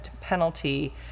penalty